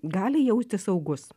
gali jaustis saugus